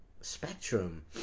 spectrum